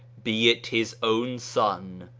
be it his own son,